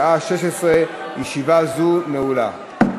אושרה בקריאה ראשונה ותועבר לוועדת העבודה,